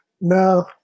no